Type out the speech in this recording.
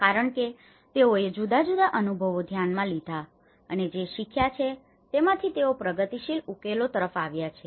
કારણ કે તેઓએ જુદા જુદા અનુભવો ધ્યાનમાં લીધા છે અને જે શીખ્યા છે તેમાંથી તેઓ પ્રગતિશીલ ઉકેલો તરફ આવ્યા છે